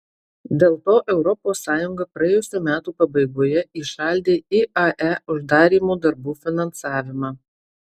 dėl to europos sąjunga praėjusių metų pabaigoje įšaldė iae uždarymo darbų finansavimą